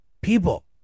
people